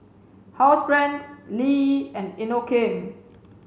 Housebrand Lee and Inokim